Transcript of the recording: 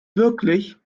wirklich